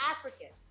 African